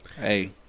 Hey